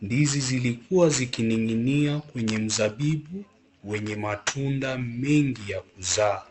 Ndizi zilikua zikiniginia kwenye mzabibu, wenye matunda mingi ya kuzaa.